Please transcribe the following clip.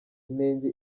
inenge